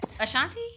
Ashanti